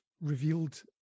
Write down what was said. revealed